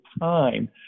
time